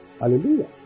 Hallelujah